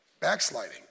Backsliding